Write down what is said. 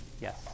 yes